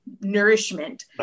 nourishment